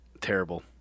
Terrible